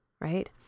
right